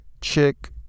chick